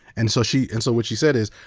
and so she, and so what she said is,